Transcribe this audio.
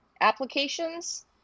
applications